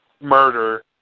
murder